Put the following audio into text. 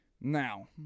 Now